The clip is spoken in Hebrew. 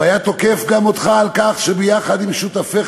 והיה תוקף גם אותך על כך שיחד עם שותפיך